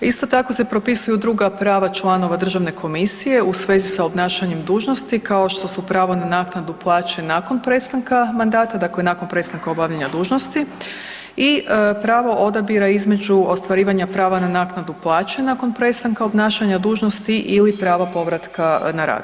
Isto tako se propisuju druga prava članova državne komisije u svezi sa obnašanjem dužnosti kao što su pravo na naknadu plaće nakon prestanka mandata, dakle nakon prestanka obavljanja dužnosti i pravo odabira između ostvarivanja prava na naknadu plaće nakon prestanka obnašanja dužnosti ili pravo povratka na rad.